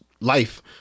life